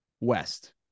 West